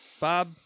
Bob